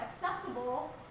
acceptable